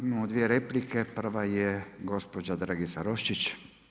Imamo dvije replike, prva je gospođa Dragica Roščić.